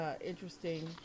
interesting